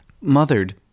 mothered